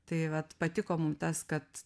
tai vat patiko mum tas kad